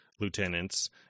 lieutenants